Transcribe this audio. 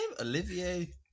Olivier